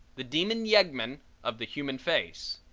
the demon yeggmen of the human face.